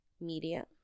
media